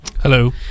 Hello